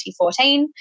2014